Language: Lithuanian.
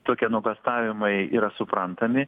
tokie nuogąstavimai yra suprantami